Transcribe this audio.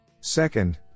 second